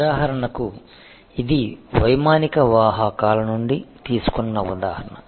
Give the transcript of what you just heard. ఉదాహరణకు ఇది వైమానిక వాహకాల నుండి తీసుకున్న ఉదాహరణ